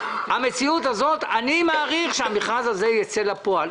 המציאות הזאת אני מעריך שהמכרז הזה ייצא אל הפועל.